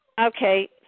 okay